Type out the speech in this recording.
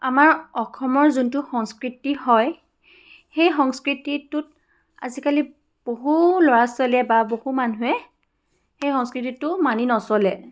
আমাৰ অসমৰ যোনটো সংস্কৃতি হয় সেই সংস্কৃতিটোত আজিকালি বহু ল'ৰা ছোৱালীয়ে বা বহু মানুহে সেই সংস্কৃতিটো মানি নচলে